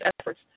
efforts